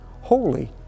holy